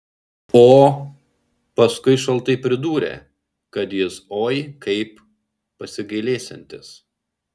o paskui šaltai pridūrė kad jis oi kaip pasigailėsiantis